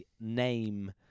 name